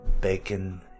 bacon